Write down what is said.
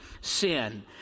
sin